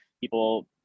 people